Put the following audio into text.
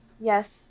yes